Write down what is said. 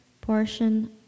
portion